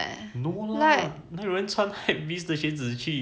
no lah 哪里有人穿 hypebeast 的靴子去